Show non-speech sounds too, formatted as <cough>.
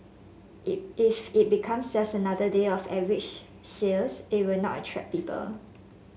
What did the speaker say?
<unintelligible> if it becomes just another day of average sales it will not attract people